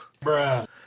bruh